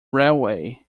railway